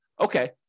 okay